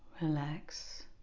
relax